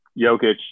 Jokic